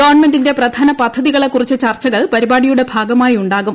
ഗവൺമെന്റിന്റെ പ്രധാന പദ്ധതികളെക്കുറിച്ച് ചർച്ചകൾ പരിപാടിയുടെ ഭാഗമായി ഉണ്ടാകും